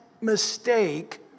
mistake